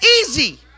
easy